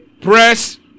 press